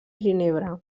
ginebra